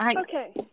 Okay